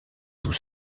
tout